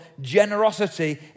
generosity